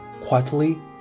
quietly